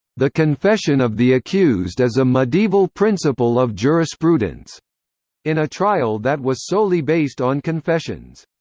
the confession of the accused is a medieval principle of jurisprudence in a trial that was solely based on confessions.